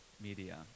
media